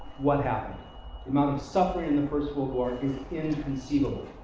what happened. the amount of suffering in the first world war is inconceivable.